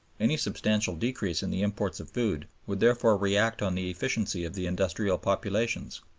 any substantial decrease in the imports of food would therefore react on the efficiency of the industrial population,